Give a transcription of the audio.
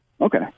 Okay